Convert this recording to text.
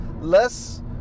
LESS